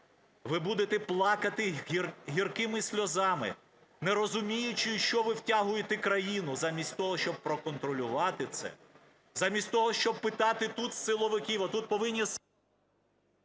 Ви будете плакати гіркими сльозами, не розуміючи, в що ви втягуєте країну замість того, щоб проконтролювати це, замість того, щоб питати тут силовиків. Отут повинні